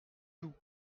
tout